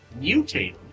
mutate